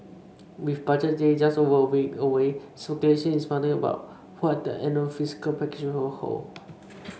with Budget Day just over a week away speculation is mounting about what the annual fiscal package will hold